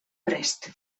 prest